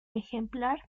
ejemplar